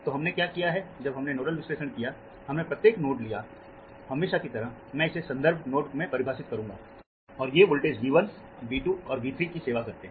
तो हमने क्या किया जब हमने नोडल विश्लेषण किया हमने प्रत्येक नोड लिया हमेशा की तरह मैं इसे संदर्भ नोड में परिभाषित करूंगा और ये वोल्टेज V1 V2 और V 3 की सेवा करते हैं